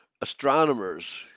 astronomers